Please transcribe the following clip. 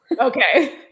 Okay